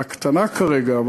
הקטנה כרגע,